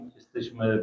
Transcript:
jesteśmy